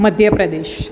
Madhya Pradesh